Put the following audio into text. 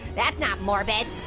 that's not morbid.